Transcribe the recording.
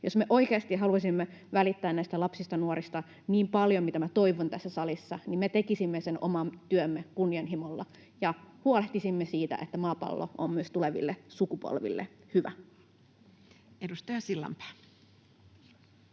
salissa oikeasti haluaisimme välittää näistä lapsista ja nuorista niin paljon kuin toivon, me tekisimme sen oman työmme kunnianhimolla ja huolehtisimme siitä, että maapallo on myös tuleville sukupolville hyvä. Edustaja Sillanpää.